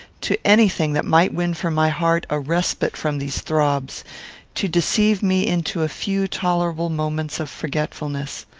to any thing that might win for my heart a respite from these throbs to deceive me into a few tolerable moments of forgetfulness.